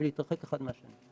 ולהתרחק אחד מהשני.